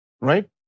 Right